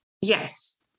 Yes